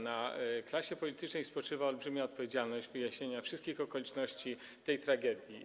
Na klasie politycznej spoczywa olbrzymia odpowiedzialność w zakresie wyjaśnienia wszystkich okoliczności tej tragedii.